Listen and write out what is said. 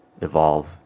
Evolve